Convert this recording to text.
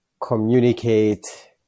communicate